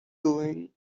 doing